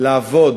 לעבוד